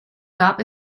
gab